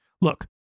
Look